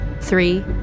three